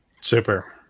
Super